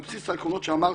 על בסיס העקרונות שאמרתי.